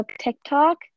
TikTok